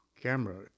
camera